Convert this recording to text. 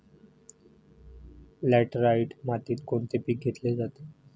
Laterite मातीत कोणते पीक घेतले जाते?